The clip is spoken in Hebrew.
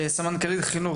סמנכ"לית חינוך,